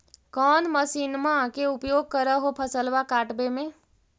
कौन मसिंनमा के उपयोग कर हो फसलबा काटबे में?